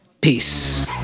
Peace